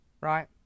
right